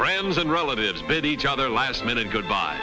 friends and relatives bit each other last minute goodbye